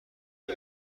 ضمن